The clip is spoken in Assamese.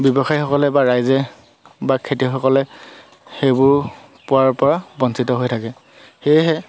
ব্যৱসায়ীসকলে বা ৰাইজে বা খেতিয়কসকলে সেইবোৰ পোৱাৰ পৰা বঞ্চিত হৈ থাকে সেয়েহে